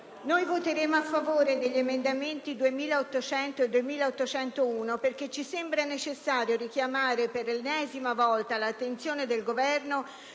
voteremo a favore degli emendamenti 2.800 e 2.801 perché ci sembra necessario richiamare, per l'ennesima volta, l'attenzione del Governo